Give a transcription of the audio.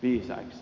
itä